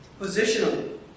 positionally